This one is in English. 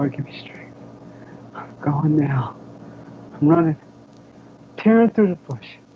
um me straight i'm going now i'm running tearing through the bush